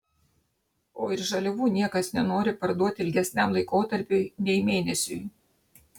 o ir žaliavų niekas nenori parduoti ilgesniam laikotarpiui nei mėnesiui